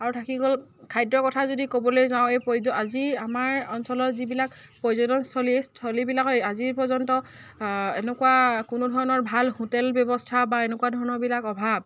আৰু থাকি গ'ল খাদ্যৰ কথা যদি ক'বলৈ যাওঁ এই পৰ্য আজি আমাৰ অঞ্চলৰ যিবিলাক পৰ্যটনস্থলীস্থলীবিলাকে আজিৰ পৰ্যন্ত এনেকুৱা কোনো ধৰণৰ ভাল হোটেল ব্যৱস্থা বা এনেকুৱা ধৰণৰবিলাক অভাৱ